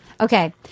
Okay